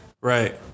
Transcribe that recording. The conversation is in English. Right